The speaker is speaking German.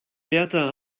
berta